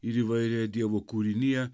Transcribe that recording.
ir įvairiąją dievo kūriniją